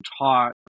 taught